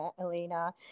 Elena